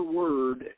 word